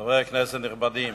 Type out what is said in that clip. חברי כנסת נכבדים,